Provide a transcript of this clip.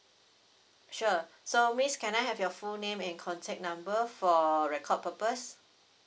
sure so miss can I have your full name and contact number for record purpose